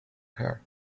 her